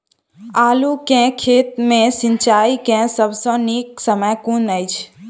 आलु केँ खेत मे सिंचाई केँ सबसँ नीक समय कुन अछि?